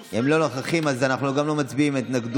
אם הם לא נוכחים, אז אנחנו גם לא מצביעים על הנמקת